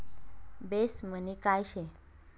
Base money काय शे?